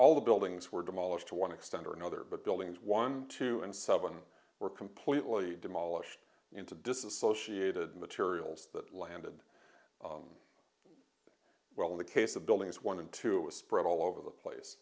all the buildings were demolished to one extent or another but buildings one two and seven were completely demolished into disassociated materials that landed well in the case of buildings one and two it was spread all over the place